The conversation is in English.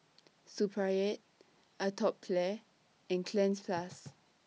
Supravit Atopiclair and Cleanz Plus